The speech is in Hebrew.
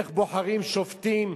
איך בוחרים שופטים,